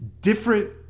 different